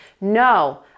No